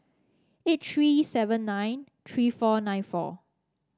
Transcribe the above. eight three seven nine three four nine four